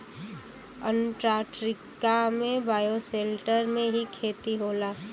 Antarctica में bioshelter में ही खेती होला